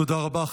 תודה רבה.